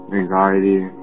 anxiety